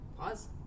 Pause